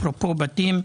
אפרופו בתים,